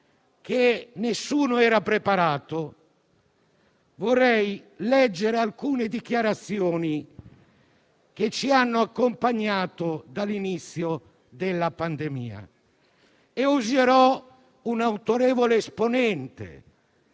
che nessuno era preparato, io vorrei leggere alcune dichiarazioni che ci hanno accompagnato dall'inizio della pandemia. Userò le parole di un autorevole esponente,